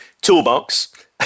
Toolbox